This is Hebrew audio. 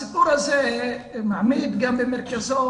הסיפור הזה מעמיד גם במרכזו